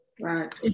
Right